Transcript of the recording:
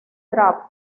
draft